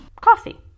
Coffee